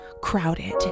crowded